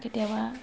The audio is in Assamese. কেতিয়াবা